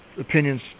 opinions